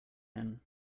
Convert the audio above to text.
him